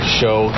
show